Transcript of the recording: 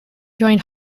joined